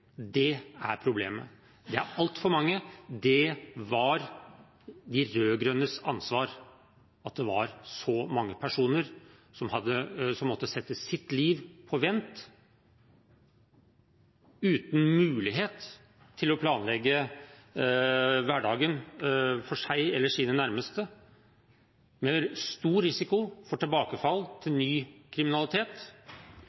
Det er problemet. Det er altfor mange. Det er de rød-grønnes ansvar at det var så mange personer som måtte sette sitt liv på vent uten mulighet til å planlegge hverdagen for seg eller sine nærmeste, med stor risiko for tilbakefall til ny kriminalitet